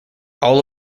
all